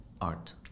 Art